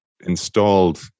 installed